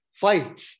fight